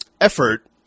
effort